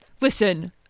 Listen